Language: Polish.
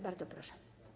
Bardzo proszę.